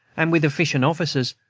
and, with efficient officers,